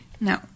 No